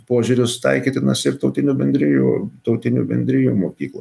požiūris taikytinas ir tautinių bendrijų tautinių bendrijų mokyklom